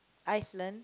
Iceland